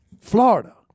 Florida